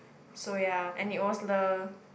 so ya and it was the